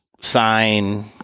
sign